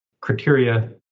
criteria